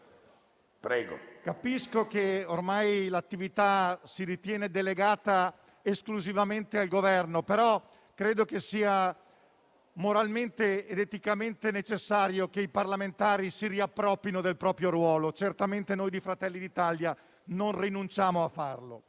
Capisco che ormai l'attività si ritenga delegata esclusivamente al Governo, però credo che sia moralmente ed eticamente necessario che i parlamentari si riapproprino del proprio ruolo, e certamente noi di Fratelli d'Italia non rinunciamo a farlo.